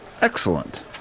Excellent